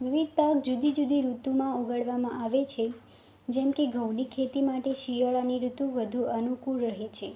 વિવિધ પાક જુદી જુદી ઋતુમાં ઉગાડવામાં આવે છે જેમ કે ઘઉંની ખેતી માટે શિયાળાની ઋતુ વધુ અનુકૂળ રહે છે